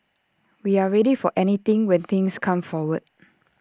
we're ready for anything when things come forward